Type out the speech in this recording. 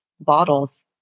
bottles